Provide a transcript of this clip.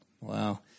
Wow